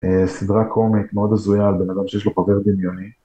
‫סדרה קומית מאוד הזויה ‫על בן אדם שיש לו חבר דמיוני.